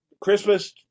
Christmas